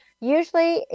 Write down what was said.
Usually